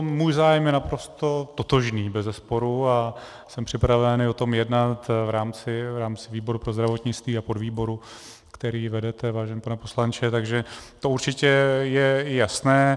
Můj zájem je naprosto totožný, bezesporu, a jsem připraven i o tom jednat v rámci výboru pro zdravotnictví a podvýboru, který vedete, vážený pane poslanče, takže to určitě je jasné.